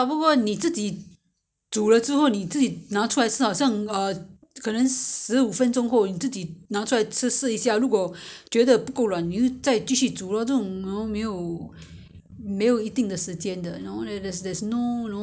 没有一定的时间的 you know there's there's no you know the fix time on how long cook it depends on yourselves you could just try it after you cook you just take out and try and see whether you know the thing is soft enough or not there's no no fix rule on that